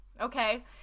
okay